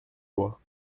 bois